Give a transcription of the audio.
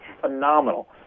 phenomenal